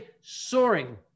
soaring